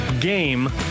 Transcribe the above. game